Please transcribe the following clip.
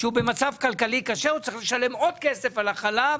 שהוא במצב כלכלי קשה צריך לשלם עוד כסף על החלב